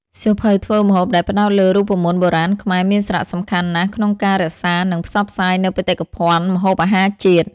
សៀវភៅធ្វើម្ហូបដែលផ្ដោតលើរូបមន្តបុរាណខ្មែរមានសារៈសំខាន់ណាស់ក្នុងការរក្សា និងផ្សព្វផ្សាយនូវបេតិកភណ្ឌម្ហូបអាហារជាតិ។